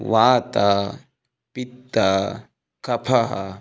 वातः पित्तः कफः